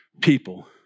people